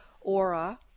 aura